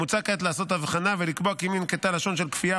מוצע כעת לעשות הבחנה ולקבוע כי אם ננקטה לשון של כפייה,